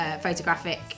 photographic